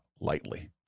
lightly